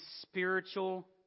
spiritual